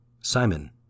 Simon